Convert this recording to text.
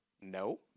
No